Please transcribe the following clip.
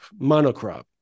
monocrop